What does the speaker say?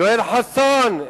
יואל חסון.